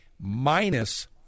minus